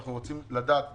אבל אנחנו רוצים לדעת נתונים.